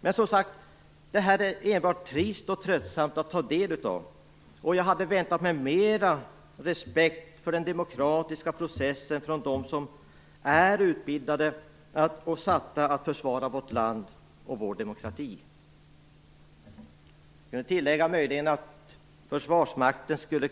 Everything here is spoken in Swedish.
Men som sagt är detta enbart trist och tröttsamt att ta del av. Jag hade förväntat mig mer av respekt för den demokratiska processen från dem som är utbildade för och satta att försvara vårt land och vår demokrati. Jag kan möjligen tillägga att Försvarsmakten i sitt kursprogram skulle